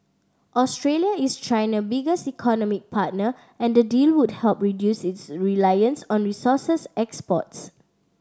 Australia is China biggest economic partner and the deal would help reduce its reliance on resources exports